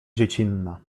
dziecinna